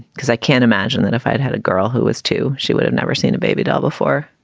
because i can't imagine that if i had had a girl who was two, she would've never seen a baby doll before.